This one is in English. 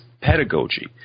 pedagogy